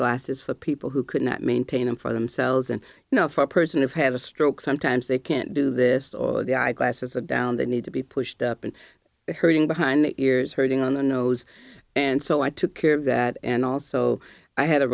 eyeglasses for people who could not maintain them for themselves and you know if a person have had a stroke sometimes they can't do this or the eyeglasses down they need to be pushed up and hurting behind the ears hurting on the nose and so i took care of that and also i had a